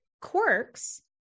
quirks